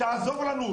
תעזור לנו,